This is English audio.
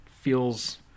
feels